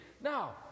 Now